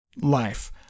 life